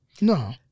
no